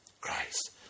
Christ